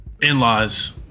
in-laws